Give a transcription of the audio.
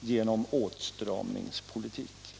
genom åtstramningspolitik.